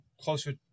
closer